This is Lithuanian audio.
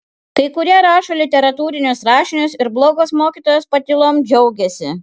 kai kurie rašo literatūrinius rašinius ir blogos mokytojos patylom džiaugiasi